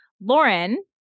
Lauren